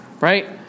right